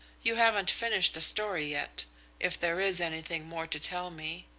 you haven't finished the story yet if there is anything more to tell me.